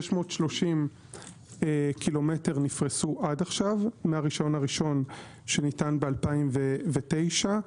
630 ק"מ נפרסו עד עכשיו מ-1.1 שניתן ב-2009,